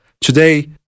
today